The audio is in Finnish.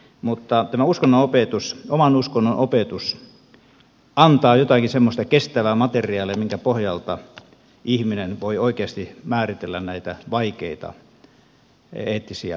mutta tämä oman uskonnon opetus antaa jotakin semmoista kestävää materiaalia minkä pohjalta ihminen voi oikeasti määritellä näitä vaikeita eettisiä tilanteita omassa elämässään